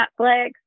Netflix